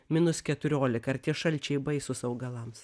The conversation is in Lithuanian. minus keturiolika ar tie šalčiai baisūs augalams